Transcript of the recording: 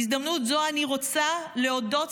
בהזדמנות זו אני רוצה להודות